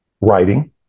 writing